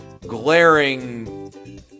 glaring